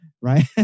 right